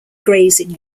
grazing